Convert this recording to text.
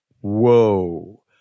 Whoa